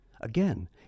Again